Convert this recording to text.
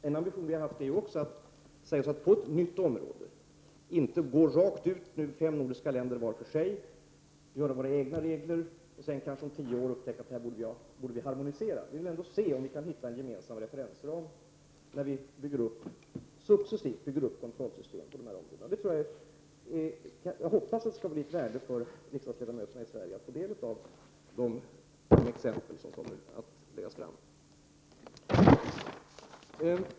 En ambition som vi har haft är också att de fem nordiska länderna på ett nytt område inte skall gå fram var för sig med egna regler och sedan, kanske om tio år, upptäcka att vi borde ha harmoniserat. Vi vill se om vi kan hitta en gemensam referensram när vi successivt bygger upp kontrollsystem på dessa områden. Jag hoppas att det skall bli av värde för riksdagsledamöterna i Sverige att få del av de exempel som kommer att läggas fram.